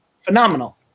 phenomenal